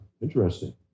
interesting